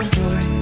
joy